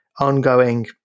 ongoing